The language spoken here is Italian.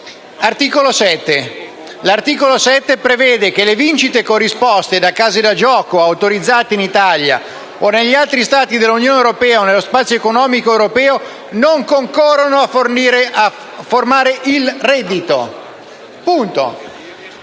articolo, infatti, prevede che le vincite corrisposte da case da gioco autorizzate in Italia o negli altri Stati dell'Unione europea o nello spazio economico europeo non concorrano a formare il reddito. Punto.